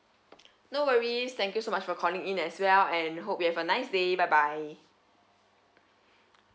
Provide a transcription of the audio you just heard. no worries thank you so much for calling in as well and hope you have a nice day bye bye